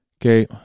Okay